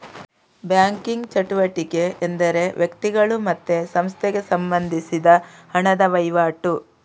banking ಚಟುವಟಿಕೆ ಎಂದರೆ ವ್ಯಕ್ತಿಗಳು ಮತ್ತೆ ಸಂಸ್ಥೆಗೆ ಸಂಬಂಧಿಸಿದ ಹಣದ ವೈವಾಟು